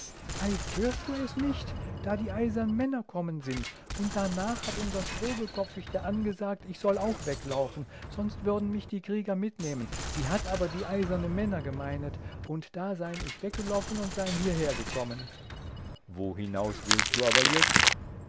hörst du es nicht da die eisern männer kommen sind und darnach hat unser strobelkopfigte ann gesagt ich soll auch weglaufen sonst würden mich die krieger mitnehmen sie hat aber die eiserne männer gemeinet und da sein ich weggeloffen und sein hieherkommen einsied wo hinaus willst du aber jetzt